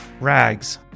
rags